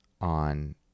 on